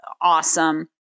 awesome